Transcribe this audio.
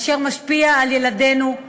אשר משפיע על ילדינו.